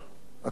הכול ברור.